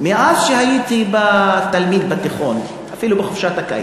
מאז שהייתי תלמיד בתיכון, אפילו בחופשת הקיץ,